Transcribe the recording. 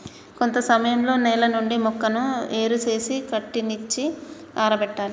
కొంత సమయంలో నేల నుండి మొక్కను ఏరు సేసి కట్టనిచ్చి ఆరబెట్టాలి